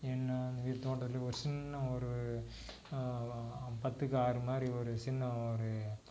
என்ன எங்கள் வீட்டுத் தோட்டத்தில் ஒரு சின்ன ஒரு பத்துக்கு ஆறு மாதிரி ஒரு சின்ன ஒரு